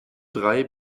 drei